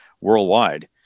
worldwide